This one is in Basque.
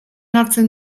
hartzen